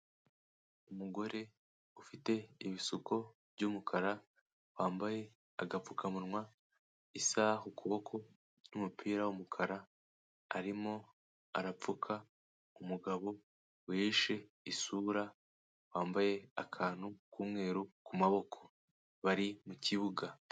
Umugore ufite ibisuko by'umukara, wambaye agapfukamunwa, isaha ku kuboko n'umupira w'umukara, arimo arapfuka umugabo wihishe isura, wambaye akantu k'umweru ku maboko. Bari mu kibuga.